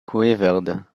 quivered